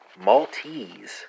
Maltese